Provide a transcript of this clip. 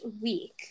week